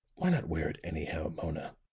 why not wear it anyhow, mona?